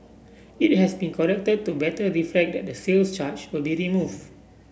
it has been corrected to better reflect that the sales charge will be removed